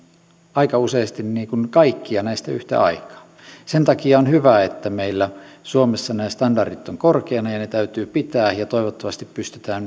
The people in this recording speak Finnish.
aika useasti kaikkia näistä yhtä aikaa sen takia on hyvä että meillä suomessa nämä standardit ovat korkeita ja ne täytyy korkeina pitää ja toivottavasti pystytään